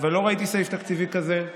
לא ראיתי סעיף תקציבי כזה.